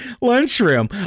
lunchroom